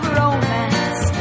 romance